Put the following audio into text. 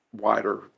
Wider